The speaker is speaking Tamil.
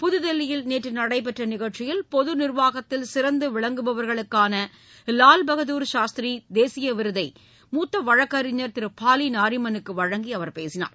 புதுதில்லியில் நேற்று நடைபெற்ற நிகழ்ச்சியில் பொது நிர்வாகத்தில் சிறந்து விளங்குபவர்களுக்கான லால் பகதூர் சாஸ்திரி தேசிய விருதை மூத்த வழக்கறிஞர் ஃபாலி நாரிமனுக்கு வழங்கி அவர் பேசினார்